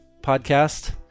podcast